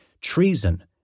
Treason